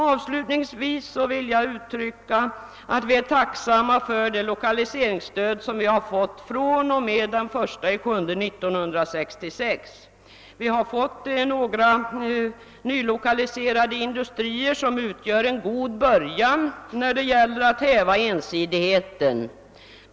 Avslutningsvis vill jag säga att vi är tacksamma för det lokaliseringsstöd som vi fått fr.o.m. den 1 juli 1966. Vi har fått några nylokaliserade industrier som utgör en god början när det gäller att häva ensidigheten.